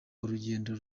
urugendo